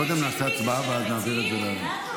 קודם נעשה הצבעה ואז נעביר את זה לוועדה.